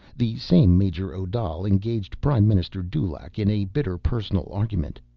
the same major odal engaged prime minister dulaq in a bitter personal argument.